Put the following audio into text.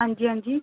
हां जी हां जी